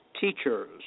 teachers